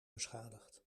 beschadigd